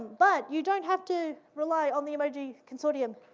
but you don't have to rely on the emoji consortium.